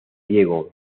diego